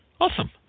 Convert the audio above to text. Awesome